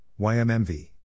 YMMV